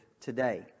today